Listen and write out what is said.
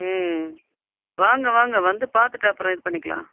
ம் வாங்க வாங்க வந்து பார்த்துட்டு அப்புறம் இது பண்ணிக்கலாம்